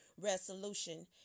resolution